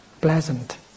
pleasant